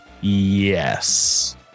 yes